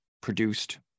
produced